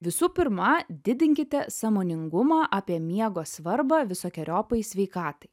visų pirma didinkite sąmoningumą apie miego svarbą visokeriopai sveikatai